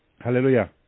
Hallelujah